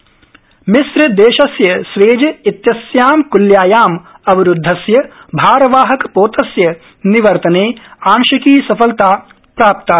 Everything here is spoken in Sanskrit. भारवाहक पोत मिस्रदेशस्य स्वेज इत्यस्यां कृल्यायाम् अवरूदधस्य भारवाहक पोतस्य निवर्तने आंशिकी सफलता प्राप्ता